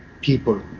people